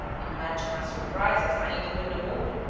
imagine my surprise at finding the window open,